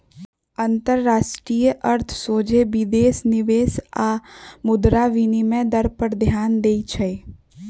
अंतरराष्ट्रीय अर्थ सोझे विदेशी निवेश आऽ मुद्रा विनिमय दर पर ध्यान देइ छै